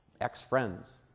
ex-friends